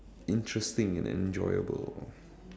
interesting and enjoyable